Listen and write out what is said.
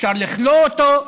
שאפשר לכלוא אותו,